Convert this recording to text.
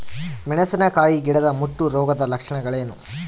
ಮೆಣಸಿನಕಾಯಿ ಗಿಡದ ಮುಟ್ಟು ರೋಗದ ಲಕ್ಷಣಗಳೇನು?